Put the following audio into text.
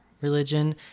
religion